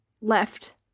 ...left